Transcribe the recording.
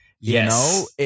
Yes